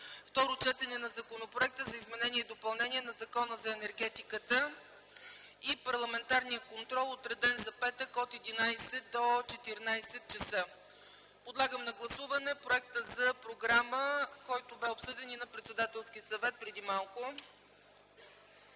Второ четене на Законопроекта за изменение и допълнение на Закона за енергетиката. 12. Парламентарен контрол, отреден за петък от 11,00 до 14,00 ч. Подлагам на гласуване проекта за програма, който бе обсъден и на Председателския съвет преди малко.